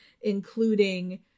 including